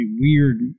weird